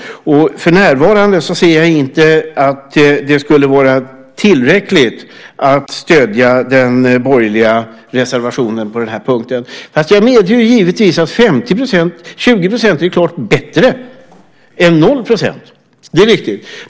För närvarande ser jag inte att det skulle vara tillräckligt att stödja den borgerliga reservationen på den punkten. Jag medger givetvis att 20 % är klart bättre än 0 %. Det är riktigt.